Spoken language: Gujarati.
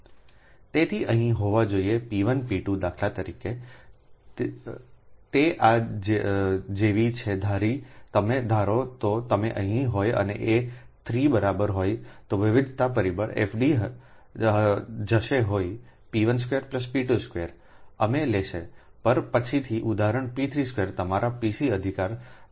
તેથી અહીં હોવા જોઈએ P1 P2દાખલા તરીકે તે આ જેવી છે ધારી તમે ધારો તો તમે અહીં હોય એ 3 બરાબર હોય તો વિવિધતા પરિબળ FD જશેહોઈp12 p22અમે લેશેપર પછીથી ઉદાહરણp32તમારા Pcઅધિકારદ્વારા વિભાજિત